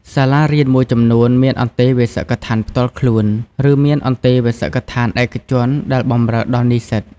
សាលារៀនមួយចំនួនមានអន្តេវាសិកដ្ឋានផ្ទាល់ខ្លួន ឬមានអន្តេវាសិកដ្ឋានឯកជនដែលបម្រើដល់និស្សិត។